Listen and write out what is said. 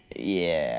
ya